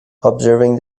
observing